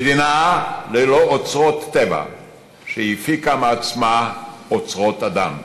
מדינה ללא אוצרות טבע שהפיקה מעצמה אוצרות אדם,